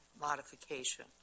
modification